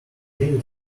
little